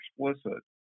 explicit